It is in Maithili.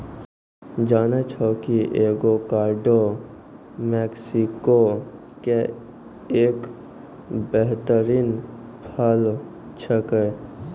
जानै छौ कि एवोकाडो मैक्सिको के एक बेहतरीन फल छेकै